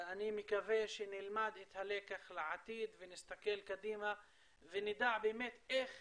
אני מקווה שנלמד את הלקח לעתיד ונסתכל קדימה ונדע באמת איך